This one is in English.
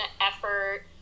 effort